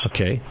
Okay